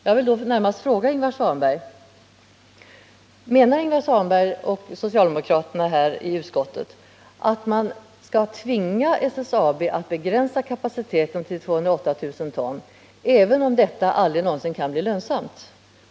Jag vill fråga Ingvar Svanberg: Menar Ingvar Svanberg och de andra socialdemokraterna i utskottet att man skall tvinga SSAB att begränsa kapaciteten till 208 000 ton, även om detta aldrig någonsin kan bli lönsamt?